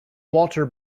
walter